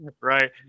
right